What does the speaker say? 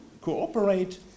cooperate